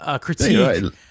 critique